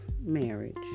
marriage